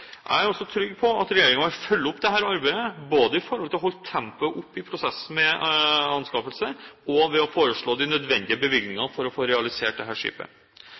Jeg er trygg på at regjeringen vil følge opp dette arbeidet, både ved å holde tempoet oppe i prosessen med anskaffelse og ved å foreslå de nødvendige bevilgningene for å få realisert dette skipet. Det